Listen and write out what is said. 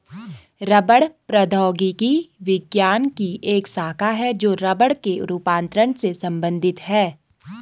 रबड़ प्रौद्योगिकी विज्ञान की एक शाखा है जो रबड़ के रूपांतरण से संबंधित है